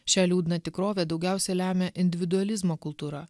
šią liūdną tikrovę daugiausia lemia individualizmo kultūra